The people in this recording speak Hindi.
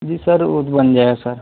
जी सर वो तो बन जाएगा सर